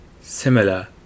similar